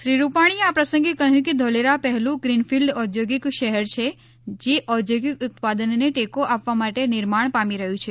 શ્રી રૂપાણીએ આ પ્રસંગે કહ્યું કે ધોલેરા પહેલું ગ્રીનફિલ્ડ ઔદ્યોગિક શહેર છે જે ઔદ્યોગિક ઉત્પાદનને ટેકો આપવા માટે નિર્માણ પામી રહ્યું છે